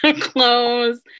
clothes